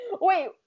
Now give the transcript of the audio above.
Wait